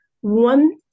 One